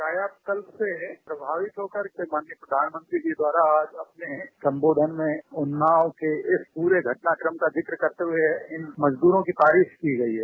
कायाकल्प से प्रभावित होकर माननीय प्रधानमंत्री द्वारा अपने संबोधन में उन्नाव के इस पूरे घटनाक्रम का जिक्र करते हुए इन मजदूरों की तारीफ की गई हैं